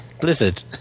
Blizzard